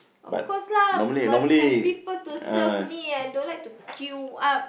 of course lah must have people to serve me ah I don't like to queue up